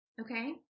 okay